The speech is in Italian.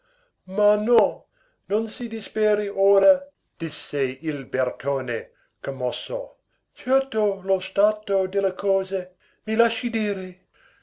ma no non si disperi ora disse il bertone commosso certo lo stato delle cose mi lasci dire